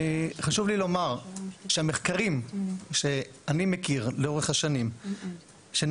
חשוב לי לומר שהמחקרים שאני מכיר לאורך השנים שנעשו,